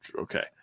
okay